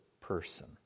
person